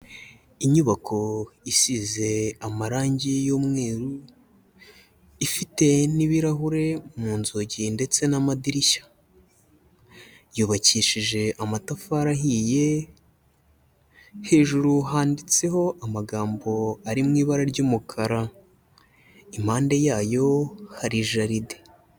Inyubako isize amarange y'umweru, ifite n'ibirahure mu nzugi ndetse n'amadirishya, yubakishije amatafari ahiye hejuru handitseho amagambo ari mu ibara ry'umukara, impande yayo hari jaride.